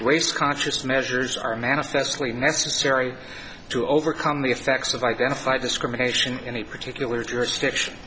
race conscious measures are manifestly necessary to overcome the effects of identified discrimination in a particular jurisdiction